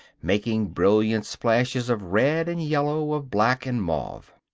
making brilliant splashes of red and yellow, of black and mauve.